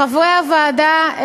חברי הוועדה,